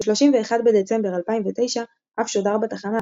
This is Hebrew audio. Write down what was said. ב-31 בדצמבר 2009 אף שודר בתחנה,